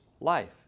life